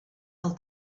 del